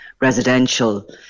residential